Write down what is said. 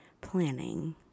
planning